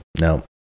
no